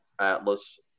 Atlas